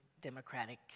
democratic